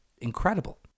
incredible